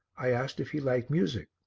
i asked if he liked music.